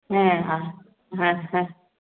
হ্যাঁ হ্যাঁ হ্যাঁ